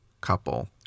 couple